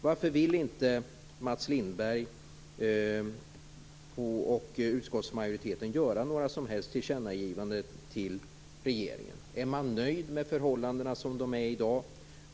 Varför vill inte Mats Lindberg och utskottsmajoriteten göra något som helst tillkännagivande till regeringen? Är man nöjd med förhållandena som de är i dag?